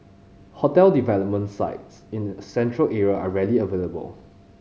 hotel development sites in the Central Area are rarely available